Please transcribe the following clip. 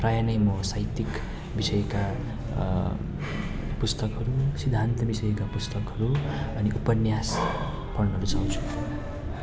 प्रायः नै म साहित्यिक विषयका पुस्तकहरू सिद्धान्त विषयका पुस्तकहरू अनि उपन्यास पढ्न रुचाउँछु